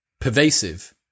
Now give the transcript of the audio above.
pervasive